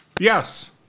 Yes